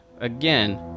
Again